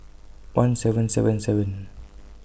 one seven seven seven